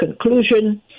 conclusion